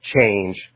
change